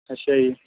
ਅੱਛਾ ਜੀ